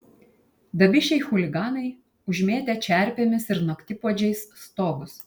dabišiai chuliganai užmėtę čerpėmis ir naktipuodžiais stogus